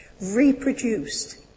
reproduced